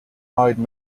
eyed